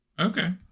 Okay